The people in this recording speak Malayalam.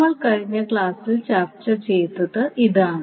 നമ്മൾ കഴിഞ്ഞ ക്ലാസിൽ ചർച്ച ചെയ്തത് ഇതാണ്